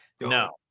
no